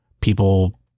people